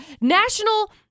National